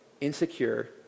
insecure